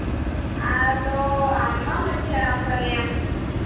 ᱟᱫᱚ ᱟᱢ ᱢᱟ ᱢᱟᱺᱡᱷᱤ ᱦᱟᱲᱟᱢ ᱠᱟᱱᱮᱢ